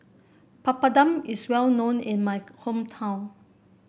papadum is well known in my hometown